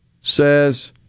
says